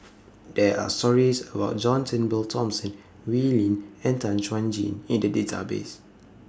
There Are stories about John Turnbull Thomson Wee Lin and Tan Chuan Jin in The Database